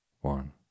One